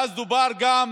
ואז דובר גם